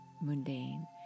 mundane